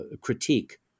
critique